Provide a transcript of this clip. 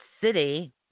City